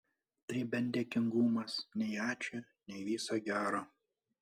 tai bent dėkingumas nei ačiū nei viso gero